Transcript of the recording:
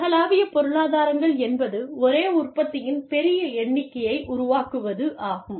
உலகளாவிய பொருளாதாரங்கள் என்பது ஒரே உற்பத்தியின் பெரிய எண்ணிக்கையை உருவாக்குவதாகும்